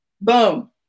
boom